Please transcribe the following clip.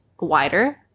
wider